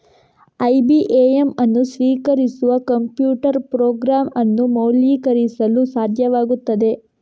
IBAN ಅನ್ನು ಸ್ವೀಕರಿಸುವ computer program ಅನ್ನು ಮೌಲ್ಯೀಕರಿಸಲು ಸಾಧ್ಯವಾಗುತ್ತದೆ